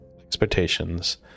expectations